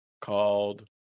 called